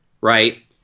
right